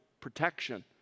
protection